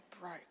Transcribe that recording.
broke